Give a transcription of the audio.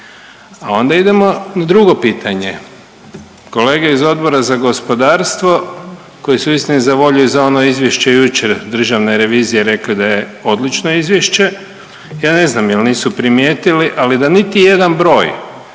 A onda idemo na drugo pitanje, kolege iz Odbora za gospodarstvo koji su isti za volju i za ono izvješće jučer Državne revizije rekli da je odlično izvješće, ja ne znam jel nisu primijetili, ali da niti jedan broj